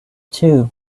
too